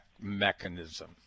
mechanism